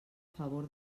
favor